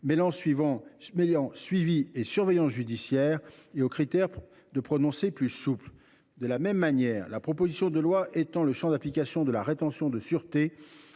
mêlant suivi et surveillance judiciaire, et dont les critères de prononcé sont plus souples. De la même manière, la proposition de loi étend le champ d’application de la rétention de sûreté